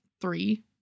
three